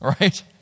right